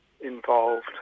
involved